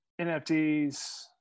NFTs